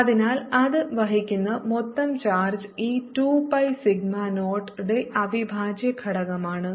dr×0r2π0dr അതിനാൽ ഇത് വഹിക്കുന്ന മൊത്തം ചാർജ് ഈ 2 പൈ സിഗ്മ 0 യുടെ അവിഭാജ്യ ഘടകമാണ്